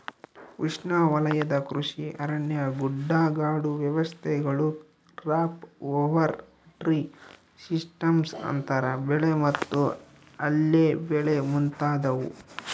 ಉಷ್ಣವಲಯದ ಕೃಷಿ ಅರಣ್ಯ ಗುಡ್ಡಗಾಡು ವ್ಯವಸ್ಥೆಗಳು ಕ್ರಾಪ್ ಓವರ್ ಟ್ರೀ ಸಿಸ್ಟಮ್ಸ್ ಅಂತರ ಬೆಳೆ ಮತ್ತು ಅಲ್ಲೆ ಬೆಳೆ ಮುಂತಾದವು